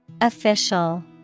Official